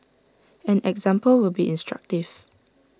an example would be instructive